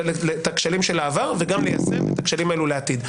הכשלים של העבר וגם ליישם את התיקונים לעתיד.